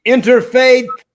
Interfaith